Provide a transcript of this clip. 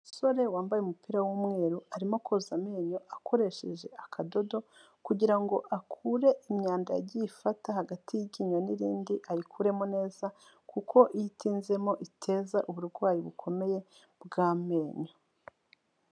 Umusore wambaye umupira w'umweru, arimo koza amenyo akoresheje akadodo kugira ngo akure imyanda yagiye ifata hagati y'iryinyo n'irindi, ayikuremo neza kuko iyo itinzemo, iteza uburwayi bukomeye bw'amenyo.